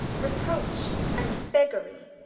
reproach and beggerie,